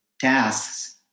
tasks